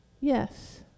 Yes